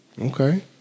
Okay